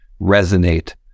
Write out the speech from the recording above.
resonate